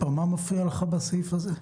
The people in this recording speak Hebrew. מה מפריע לך בסעיף הזה?